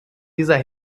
dieser